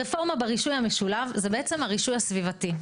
הרפורמה ברישוי המשולב זה בעצם הרישוי הסביבתי.